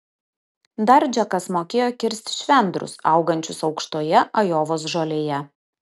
dar džekas mokėjo kirsti švendrus augančius aukštoje ajovos žolėje